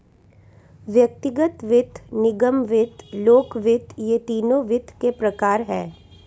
व्यक्तिगत वित्त, निगम वित्त, लोक वित्त ये तीनों वित्त के प्रकार हैं